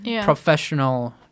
professional